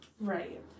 Right